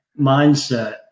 mindset